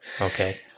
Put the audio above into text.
okay